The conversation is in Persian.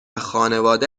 خانواده